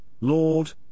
Lord